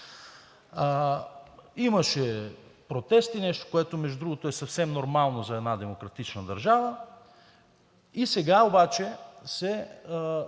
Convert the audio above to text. Имаше протести, нещо, което, между другото, е съвсем нормално за една демократична държава. Сега обаче